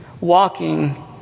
walking